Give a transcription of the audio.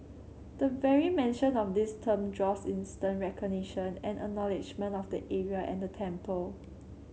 the very mention of this term draws instant recognition and acknowledgement of the area and the temple